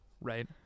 Right